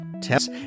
tests